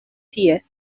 tie